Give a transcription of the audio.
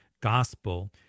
gospel